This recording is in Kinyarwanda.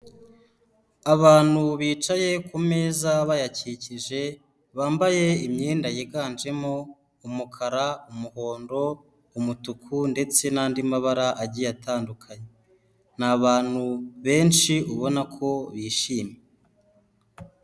Abantu bicaye kumeza bayakikije, bambaye imyenda yiganjemo umukara, umuhondo, umutuku ndetse n'andi mabara agiye atandukanye, ni abantu benshi ubona ko bishimye.